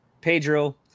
Pedro